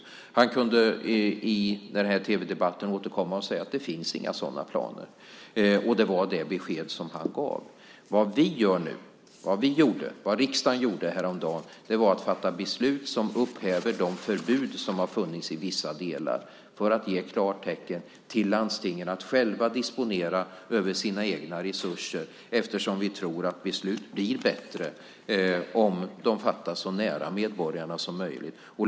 Han kunde i tv-debatten återkomma och säga att det inte fanns några sådana planer. Det var det besked som han gav. Vad riksdagen gjorde häromdagen var att fatta ett beslut som upphäver de förbud som har funnits i vissa delar för att ge klartecken till landstingen att själva disponera över sina egna resurser. Vi tror att beslut blir bättre om de fattas så nära medborgarna som möjligt.